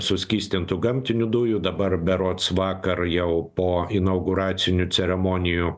suskystintų gamtinių dujų dabar berods vakar jau po inauguracinių ceremonijų